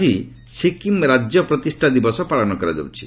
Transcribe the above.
ଆଜି ସିକ୍କିମ୍ ରାଜ୍ୟ ପ୍ରତିଷ୍ଠା ଦିବସ ପାଳନ କରାଯାଉଛି